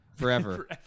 Forever